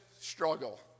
struggle